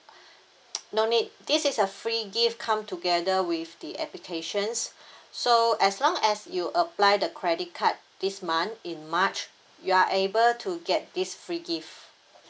no need this is a free gift come together with the applications so as long as you apply the credit card this month in march you are able to get this free gift